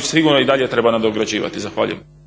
sigurno i dalje treba nadograđivati. Zahvaljujem.